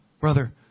Brother